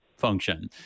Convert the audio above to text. function